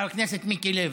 חבר כנסת מיקי לוי?